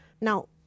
Now